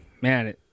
man